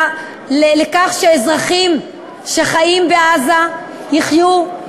לכך שאזרחים שחיים בעזה יחיו,